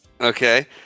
Okay